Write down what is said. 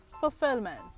fulfillment